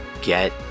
get